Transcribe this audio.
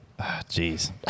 Jeez